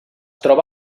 troba